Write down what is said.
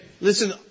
listen